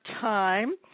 time